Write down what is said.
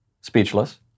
Speechless